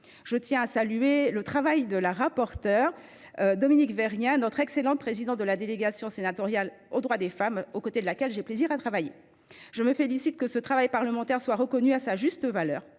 Je tiens à saluer le travail de la rapporteure, Dominique Vérien, notre excellente présidente de la délégation sénatoriale aux droits des femmes, aux côtés de laquelle j’ai plaisir à travailler, et je me félicite que ce travail parlementaire soit reconnu à sa juste valeur.